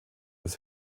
des